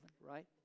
right